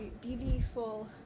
Beautiful